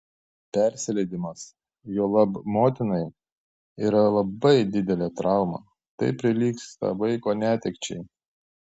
persileidimas juolab motinai yra labai didelė trauma tai prilygsta vaiko netekčiai